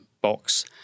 box